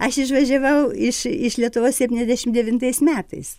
aš išvažiavau iš iš lietuvos septyniasdešimt devintais metais